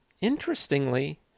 interestingly